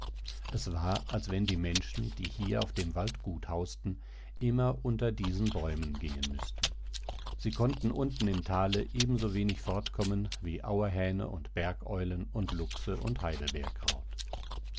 es war als wenn die menschen die hier auf dem waldgut hausten immer unter diesen bäumen gehen müßten sie konnten unten im tale ebensowenig fortkommen wie auerhähne und bergeulen und luchse und heidelbeerkraut